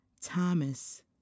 Thomas